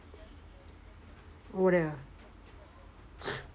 ஓட:oda ah